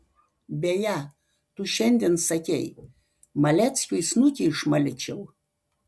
beje tu šiandien sakei maleckiui snukį išmalčiau